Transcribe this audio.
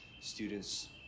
students